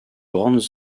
grandes